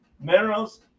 minerals